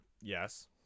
Yes